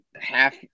half